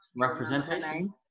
Representation